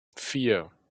vier